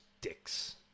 dicks